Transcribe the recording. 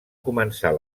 començar